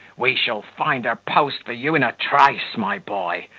we shall find a post for you in a trice, my boy.